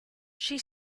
she